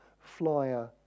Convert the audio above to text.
flyer